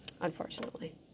unfortunately